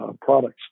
products